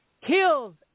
kills